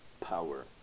power